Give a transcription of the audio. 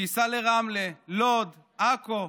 שייסע לרמלה, לוד, עכו,